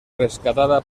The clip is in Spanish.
rescatada